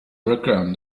brkan